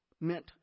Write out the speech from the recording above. meant